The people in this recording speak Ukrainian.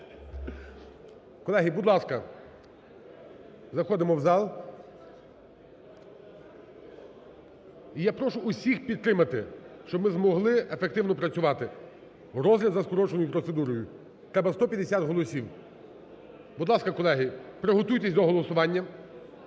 Колеги, будь ласка, заходимо в зал. І я прошу всіх підтримати, щоб ми змогли ефективно працювати, розгляд за скороченою процедурою. Треба 150 голосів. Будь ласка, колеги, приготуйтесь до голосування.